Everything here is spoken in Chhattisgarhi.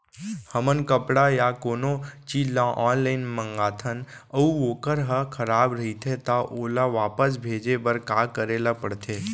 हमन कपड़ा या कोनो चीज ल ऑनलाइन मँगाथन अऊ वोकर ह खराब रहिये ता ओला वापस भेजे बर का करे ल पढ़थे?